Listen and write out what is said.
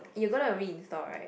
you gonna reinstall right